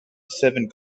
seven